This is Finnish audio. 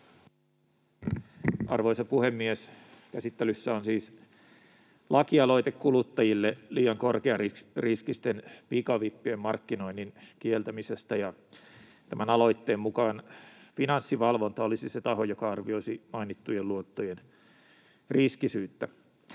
Arvoisa puhemies! Käsittelyssä on siis lakialoite kuluttajille liian korkeariskisten pikavippien markkinoinnin kieltämisestä, ja tämän aloitteen mukaan Finanssivalvonta olisi se taho, joka arvioisi mainittujen luottojen riskisyyttä.